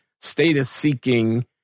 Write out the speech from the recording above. status-seeking